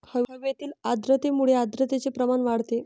हवेतील आर्द्रतेमुळे आर्द्रतेचे प्रमाण वाढते